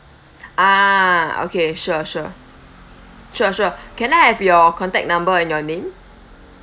ah okay sure sure sure sure can I have your contact number and your name